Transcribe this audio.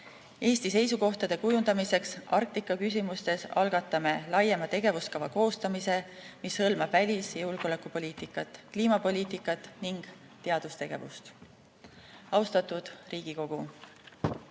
Eesti seisukohtade kujundamiseks Arktika küsimustes algatame laiema tegevuskava koostamise, mis hõlmab välis‑ ja julgeolekupoliitikat, kliimapoliitikat ning teadustegevust. Austatud Riigikogu!